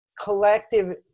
collective